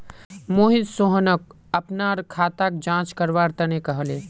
मोहित सोहनक अपनार खाताक जांच करवा तने कहले